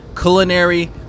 culinary